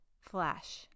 flash